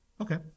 Okay